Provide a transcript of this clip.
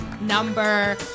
Number